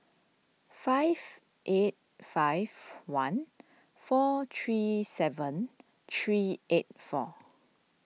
five eight five one four three seven three eight four